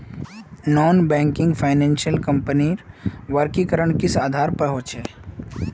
Non banking finance कंपनीर वर्गीकरण किस आधार पर होचे?